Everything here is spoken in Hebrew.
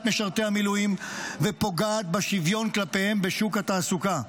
משרתי המילואים ופוגעת בשוויון כלפיהם בשוק התעסוקה.